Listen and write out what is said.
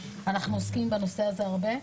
אנחנו עוסקים בנושא הזה הרבה.